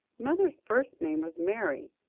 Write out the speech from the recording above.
mother's first name was mary,